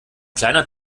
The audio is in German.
kleiner